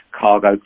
cargo